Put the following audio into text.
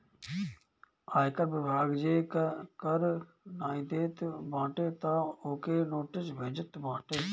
आयकर विभाग जे कर नाइ देत बाटे तअ ओके नोटिस भेजत बाटे